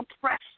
press